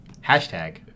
Hashtag